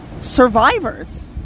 Survivors